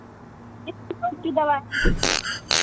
किस प्रकार की दवा है